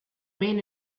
main